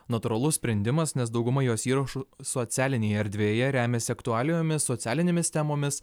natūralus sprendimas nes dauguma jos įrašų socialinėje erdvėje remiasi aktualijomis socialinėmis temomis